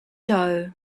doe